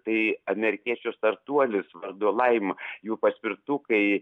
bei amerikiečių startuolis vardu laim jų paspirtukai